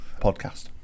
podcast